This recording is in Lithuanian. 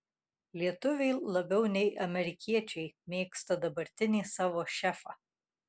lietuviai labiau nei amerikiečiai mėgsta dabartinį savo šefą